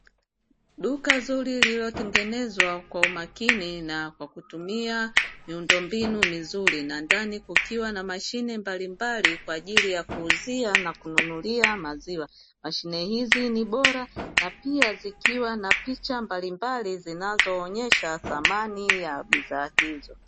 Duka zuri lililotengenezwa kwa umakini na kwa kutumia miundombinu mizuri na ndani kukiwa na mashine mbalimbali kwa ajili ya kuuzia na kununulia maziwa, mashine hizi ni bora na pia zikiwa na picha mbalimbali zinazoonyesha thamani ya bidhaa hizo.